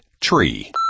Tree